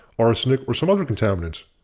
arsenic, or some other contaminant.